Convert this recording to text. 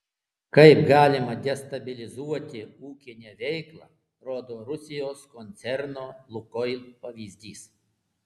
kaip galima destabilizuoti ūkinę veiklą rodo rusijos koncerno lukoil pavyzdys